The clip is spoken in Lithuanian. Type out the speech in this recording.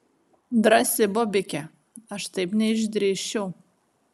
drąsi bobikė aš taip neišdrįsčiau